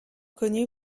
connue